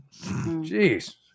Jeez